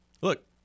Look